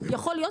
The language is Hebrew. יכול להיות,